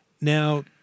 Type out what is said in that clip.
Now